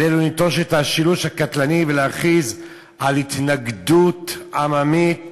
עלינו לנטוש את השילוש הקטלני ולהכריז על התנגדות עממית